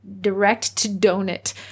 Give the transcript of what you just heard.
direct-to-donut